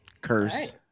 curse